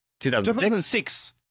2006